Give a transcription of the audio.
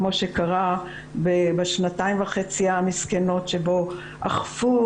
כמו שקרה בשנתיים וחצי המסכנות שבהן אכפו